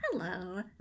Hello